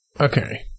Okay